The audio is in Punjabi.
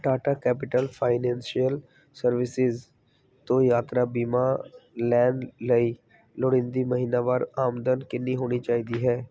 ਟਾਟਾ ਕੈਪੀਟਲ ਫਾਈਨੈਂਸ਼ੀਅਲ ਸਰਵਿਸਿਜ਼ ਤੋਂ ਯਾਤਰਾ ਬੀਮਾ ਲੈਣ ਲਈ ਲੋੜੀਂਦੀ ਮਹੀਨਾਵਾਰ ਆਮਦਨ ਕਿੰਨੀ ਹੋਣੀ ਚਾਹੀਦੀ ਹੈ